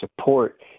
support